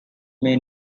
may